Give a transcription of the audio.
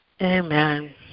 Amen